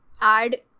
add